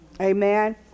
Amen